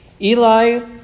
Eli